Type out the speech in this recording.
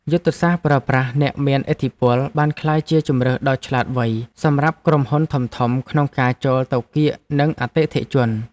យុទ្ធសាស្ត្រប្រើប្រាស់អ្នកមានឥទ្ធិពលបានក្លាយជាជម្រើសដ៏ឆ្លាតវៃសម្រាប់ក្រុមហ៊ុនធំៗក្នុងការចូលទៅកៀកនឹងអតិថិជន។